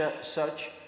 Search